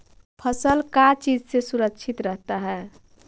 फसल का चीज से सुरक्षित रहता है?